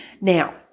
Now